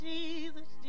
Jesus